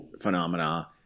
phenomena